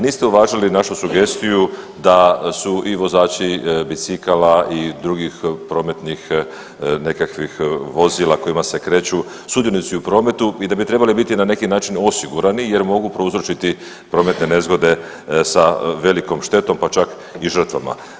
Niste uvažili našu sugestiju da su i vozači bicikala i drugih prometnih nekakvih vozila kojima se kreću sudionici u prometu i da bi trebali biti na neki način osigurani jer mogu prouzročiti prometne nezgode sa velikom štetom, pa čak i žrtvama.